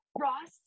Ross